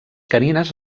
canines